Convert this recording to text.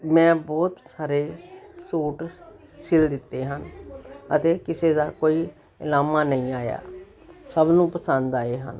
ਮੈਂ ਬਹੁਤ ਸਾਰੇ ਸੂਟ ਸਿਲ ਦਿੱਤੇ ਹਨ ਅਤੇ ਕਿਸੇ ਦਾ ਕੋਈ ਉਲਾਂਭਾ ਨਹੀਂ ਆਇਆ ਸਭ ਨੂੰ ਪਸੰਦ ਆਏ ਹਨ